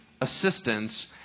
assistance